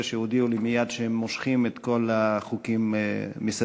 שהודיעו לי מייד שהם מושכים את כל החוקים מסדר-היום.